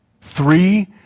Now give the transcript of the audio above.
Three